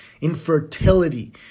infertility